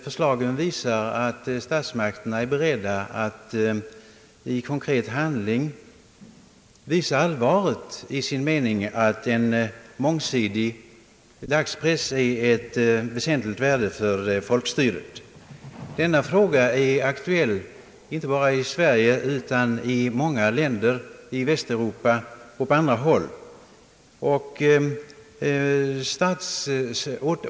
Förslagen innebär att statsmakterna är bered da att i konkret handling visa allvaret i sin mening att en mångsidig dagspress är av väsentligt värde för folkstyret. Denna fråga är aktuell inte bara i Sverige utan i många länder i Västeuropa och på andra håll.